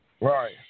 Right